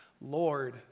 Lord